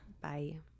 Bye